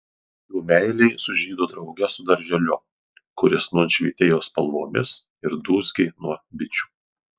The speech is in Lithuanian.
jų meilė sužydo drauge su darželiu kuris nūn švytėjo spalvomis ir dūzgė nuo bičių